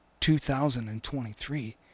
2023